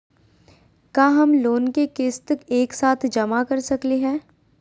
का हम लोन के किस्त एक साथ जमा कर सकली हे?